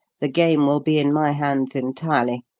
the game will be in my hands entirely.